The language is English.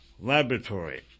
laboratory